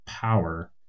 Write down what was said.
Power